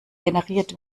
generiert